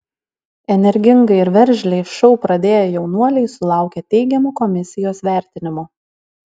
energingai ir veržliai šou pradėję jaunuoliai sulaukė teigiamų komisijos vertinimų